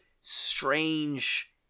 strange